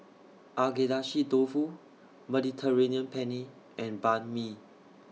Agedashi Dofu Mediterranean Penne and Banh MI